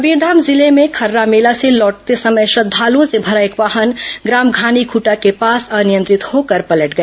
कबीरधाम जिले में खर्रा मेला से लौटते समय श्रद्धालुओं से भरा एक वाहन ग्राम घानीखूंटा के पास अनियंत्रित होकर पलट गया